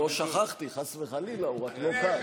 לא שכחתי חס וחלילה, הוא רק לא כאן.